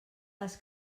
les